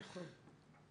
נכון.